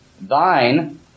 Thine